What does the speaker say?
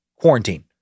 Quarantine